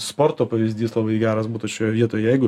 sporto pavyzdys labai geras būtų šioje vietoj jeigu